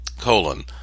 colon